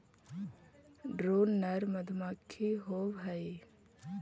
drone नर मधुमक्खी होवअ हई